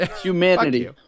Humanity